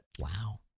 Wow